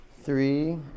three